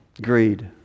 greed